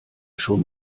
schon